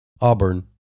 Auburn